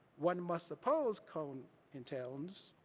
one must suppose, cone intones,